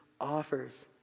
offers